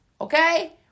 okay